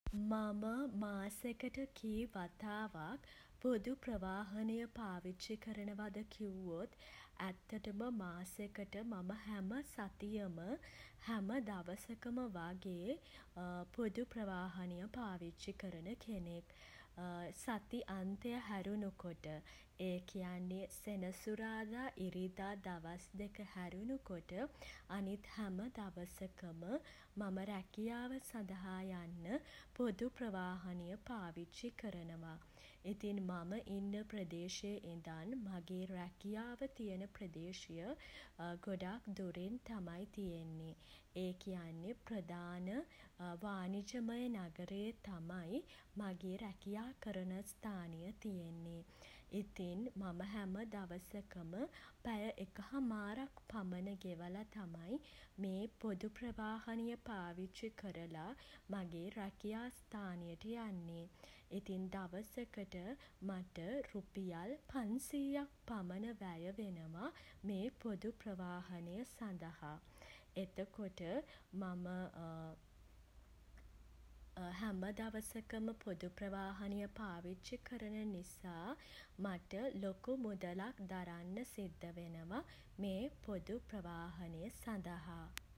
මම මාසෙකට කී වතාවක් පොදු ප්‍රවාහනය පාවිච්චි කරනවද කිව්වොත් ඇත්තටම මාසෙකට මම හැම සතියෙම හැම දවසකම වගේ පොදු ප්‍රවාහනය පාවිච්චි කරන කෙනෙක්. සති අන්තය හැරුණු කොට ඒ කියන්නේ සෙනසුරාදා ඉරිදා දවස් දෙක හැරුණු කොට අනිත් හැම දවසකම මම රැකියාව සඳහා යන්න පොදු ප්‍රවාහනය පාවිච්චි කරනවා. ඉතින් මම ඉන්න ප්‍රදේශයේ ඉඳන් මගේ රැකියාව තියෙන ප්‍රදේශය ගොඩක් දුරින් තමයි තියෙන්නේ. ඒ කියන්නේ ප්‍රධාන වාණිජමය නගරයේ තමයි මගේ රැකියා කරන ස්ථානය තියෙන්නේ. ඉතින් මම හැම දවසකම පැය එක හමාරක් පමණ ගෙවලා තමයි මේ පොදු ප්‍රවාහනය පාවිච්චි කරලා මගේ රැකියා ස්ථානයට යන්නේ. ඉතින් දවසකට මට රුපියල් පන්සීයක් පමණ වැය වෙනව මේ පොදු ප්‍රවාහනය සඳහා. එතකොට මම හැම දවසකම පොදු ප්‍රවාහනය පාවිච්චි කරන නිසා මට ලොකු මුදලක් දරන්න සිද්ධ වෙනව මේ පොදු ප්‍රවාහනය සඳහා.